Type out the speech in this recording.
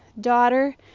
Daughter